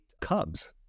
Cubs